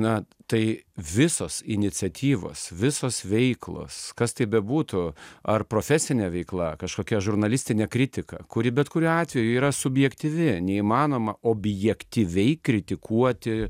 na tai visos iniciatyvos visos veiklos kas tai bebūtų ar profesinė veikla kažkokia žurnalistinė kritika kuri bet kuriuo atveju yra subjektyvi neįmanoma objektyviai kritikuoti